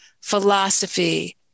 philosophy